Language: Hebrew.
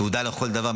תעודה לכל דבר,